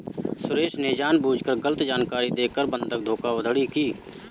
सुरेश ने जानबूझकर गलत जानकारी देकर बंधक धोखाधड़ी की